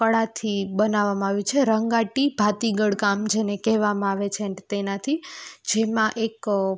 કળાથી બનાવવામાં આવ્યું છે રંગાટી ભાતીગળ કામ છે જેને કહેવામાં આવે છે તેનાથી જેમાં એક